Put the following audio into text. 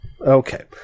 Okay